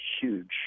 huge